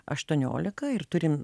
aštuoniolika ir turim